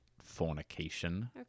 Fornication